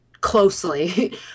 closely